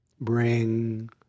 bring